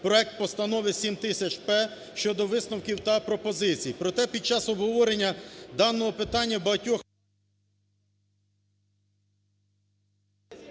проект постанови (7000-П) щодо висновків та пропозицій. Проте під час обговорення даного питання в багатьох…